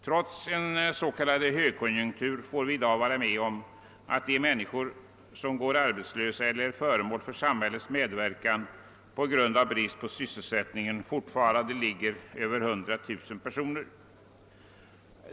Trots en s.k. högkonjunktur får vi i dag vara med om att de människor som går arbetslösa eller är föremål för samhällets medverkan på grund av brist på sysselsättning fortfarande uppgår till över 100 000 personer.